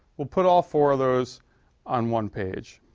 we'll put all four of those on one page.